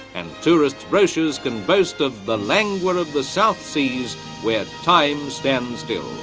and tourist brochures can boast of the langur of the south seas where time stands still.